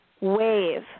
wave